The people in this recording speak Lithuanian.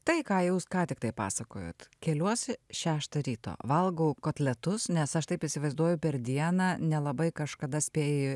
tai ką jūs ką tiktai pasakojot keliuosi šeštą ryto valgau kotletus nes aš taip įsivaizduoju per dieną nelabai kažkada spėji